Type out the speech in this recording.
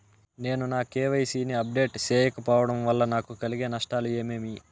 నేను నా కె.వై.సి ని అప్డేట్ సేయకపోవడం వల్ల నాకు కలిగే నష్టాలు ఏమేమీ?